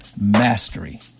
Mastery